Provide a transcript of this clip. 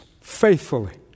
faithfully